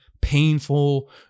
painful